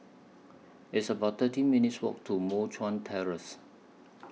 It's about thirteen minutes' Walk to Moh Cuan Terrace